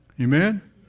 Amen